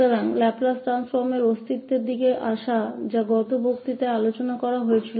तो Laplace transform के अस्तित्व में आ रहा है जिस पर पिछले व्याख्यान में चर्चा की गई थी